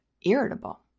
irritable